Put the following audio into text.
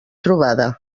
trobada